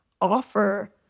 offer